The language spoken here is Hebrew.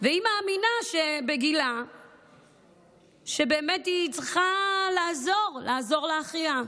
ובגילה היא מאמינה שבאמת היא צריכה לעזור לאחיה,